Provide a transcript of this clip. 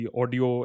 audio